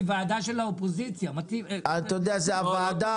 זו ועדה של האופוזיציה --- זאת הוועדה